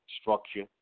structure